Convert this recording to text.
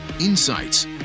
insights